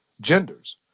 genders